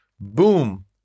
Boom